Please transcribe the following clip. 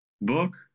Book